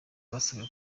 basabwe